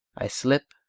i slip,